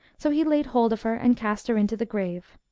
so he laid hold of her and cast her into the grave.